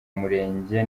murenge